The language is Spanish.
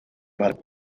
barco